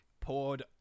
poured